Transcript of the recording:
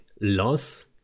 loss